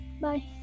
bye